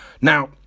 now